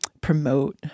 promote